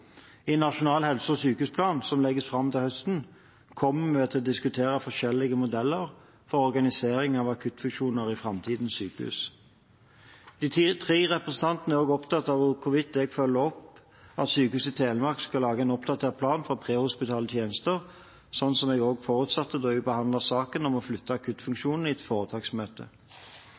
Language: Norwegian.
I nasjonal helse- og sykehusplan som legges fram til høsten, kommer vi til å diskutere forskjellige modeller for organisering av akuttfunksjoner i framtidens sykehus. De tre representantene er også opptatt av hvorvidt jeg følger opp at Sykehuset Telemark skal lage en oppdatert plan for prehospitale tjenester, slik som jeg forutsatte da vi i et foretaksmøte behandlet saken om å flytte